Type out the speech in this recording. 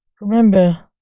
Remember